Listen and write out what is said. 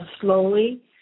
slowly